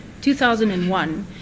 2001